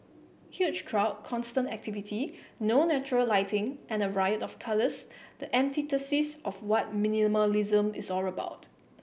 huge crowd constant activity no natural lighting and a riot of colours the antithesis of what minimalism is all about